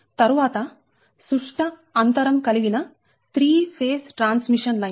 కాబట్టితరువాత సుష్ట అంతరం కలిగిన 3 ఫేస్ ట్రాన్స్మిషన్ లైన్